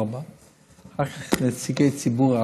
ארבעה; נציגי ציבור,